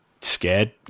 scared